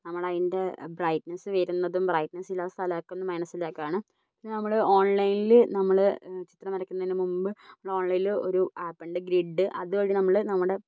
നമ്മളതിൻ്റെ ബ്രൈറ്റ്നസ്സ് വരുന്നതും ബ്രൈറ്റ്നസ്സ് ഇല്ലാത്ത സ്ഥലമൊക്കെ ഒന്ന് മനസ്സിലാക്കണം പിന്നെ നമ്മൾ ഓൺലൈനിൽ നമ്മൾ ചിത്രം വരയ്ക്കുന്നതിനു മുമ്പ് നമ്മൾ ഓൺലൈനിൽ ഒരു ആപ്പുണ്ട് ഗ്രിഡ് അതുവഴി നമ്മൾ നമ്മുടെ